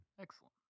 Excellent